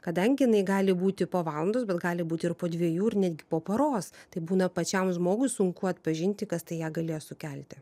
kadangi jinai gali būti po valandos bet gali būti ir po dviejų ir netgi po paros tai būna pačiam žmogui sunku atpažinti kas tai ją galėjo sukelti